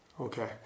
Okay